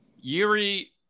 Yuri